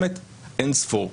אין ספור,